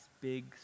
big